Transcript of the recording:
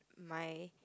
my